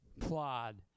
Plod